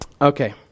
Okay